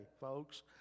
folks